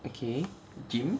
okay gym